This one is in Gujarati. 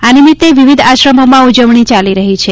આ નિમિત્તે વિવિધ આશ્રમોમાં ઉજવણી ચાલી રહી છે